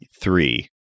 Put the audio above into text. three